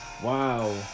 Wow